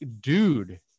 dude